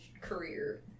career